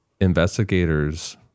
Investigators